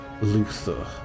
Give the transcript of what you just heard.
Luther